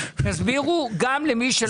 תסבירו גם למי שלא מבין.